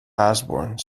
osborne